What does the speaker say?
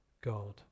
God